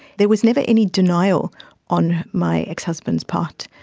there was never any denial on my ex-husband's part.